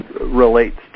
relates